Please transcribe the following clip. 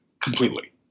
completely